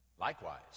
Likewise